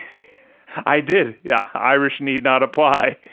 i did. yeah irish need not apply.